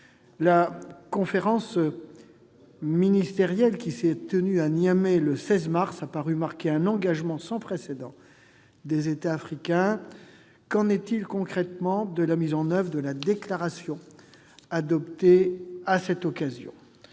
La conférence ministérielle, qui s'est tenue à Niamey le 16 mars, semble marquer un engagement sans précédent des États africains. Qu'en est-il concrètement de la mise en oeuvre de la déclaration adoptée à cette occasion ?